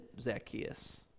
Zacchaeus